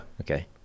okay